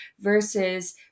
versus